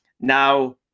Now